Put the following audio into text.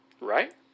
Right